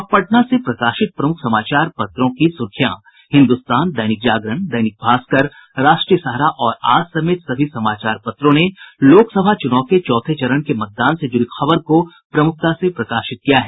अब पटना से प्रकाशित प्रमुख समाचार पत्रों की सुर्खियां हिन्दुस्तान दैनिक जागरण दैनिक भास्कर राष्ट्रीय सहारा और आज समेत सभी समाचार पत्रों ने लोकसभा चुनाव के चौथे चरण के मतदान से जुड़ी खबर को प्रमुखता से प्रकाशित किया है